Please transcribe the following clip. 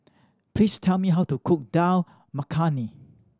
please tell me how to cook Dal Makhani